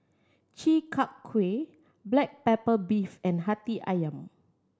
Chi Kak Kuih black pepper beef and Hati Ayam